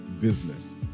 business